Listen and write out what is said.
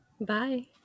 Bye